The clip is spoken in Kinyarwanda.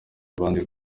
abandi